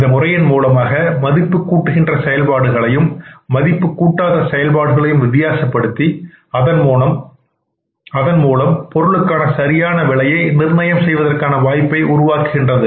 இந்த முறையின் மூலமாக மதிப்பு கூட்டுகின்ற செயல்பாடுகளையும் மதிப்புக்கூட்டாத செயல்பாடுகளையும் வித்தியாசப்படுத்தி அதன்மூலம் பொருளுக்கான சரியான விலையை நிர்ணயம் செய்வதற்கான வாய்ப்பை உருவாக்குகின்றது